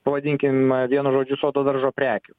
pavadinkim vienu žodžiu sodo daržo prekių